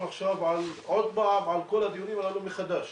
עכשיו עוד פעם על כל הדיונים הללו מחדש.